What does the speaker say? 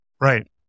Right